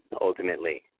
ultimately